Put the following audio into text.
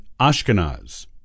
Ashkenaz